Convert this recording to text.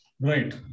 right